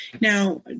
Now